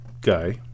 guy